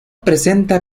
presenta